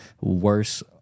worse